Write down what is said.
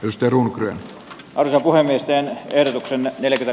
uistelu hyän alkoholistien ehdotuksen neljä